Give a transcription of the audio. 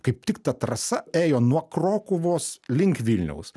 kaip tik ta trasa ėjo nuo krokuvos link vilniaus